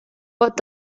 what